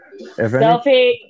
Selfie